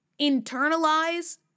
internalize